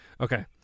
okay